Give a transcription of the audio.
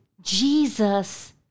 Jesus